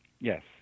Yes